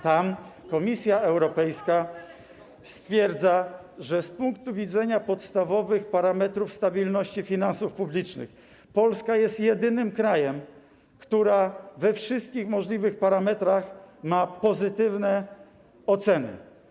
Tam Komisja Europejska stwierdza, że z punktu widzenia podstawowych parametrów stabilności finansów publicznych Polska jest jedynym krajem, który we wszystkich możliwych parametrach ma pozytywne oceny.